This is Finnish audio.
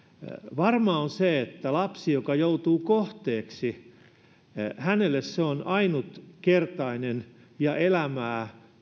varmaa on se että lapselle joka joutuu kohteeksi se on ainutkertainen ja elämää